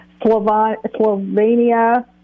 Slovenia